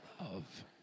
love